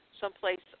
someplace